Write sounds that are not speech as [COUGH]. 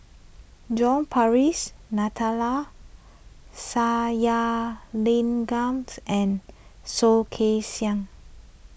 John Purvis [UNINTELLIGIBLE] Sathyalingam [UNINTELLIGIBLE] and Soh Kay Siang